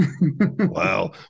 Wow